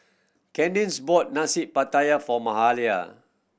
Cadence bought Nasi Pattaya for Mahalia